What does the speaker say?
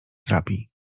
trapi